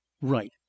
right